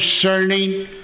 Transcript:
concerning